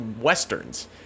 Westerns